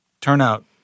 turnout